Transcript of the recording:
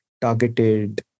targeted